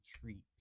treat